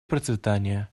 процветания